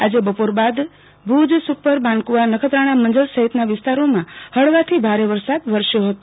આજે બપોર બાદ ભુજ સુખપર માનકુવા નખત્રાણા મંજલ સહિતના વિસ્તારોમાં હળવાથી ભાર વરસાદ વરસ્યો હતો